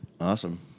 Awesome